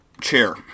chair